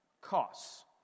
costs